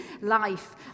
life